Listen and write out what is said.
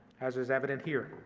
as is evident here.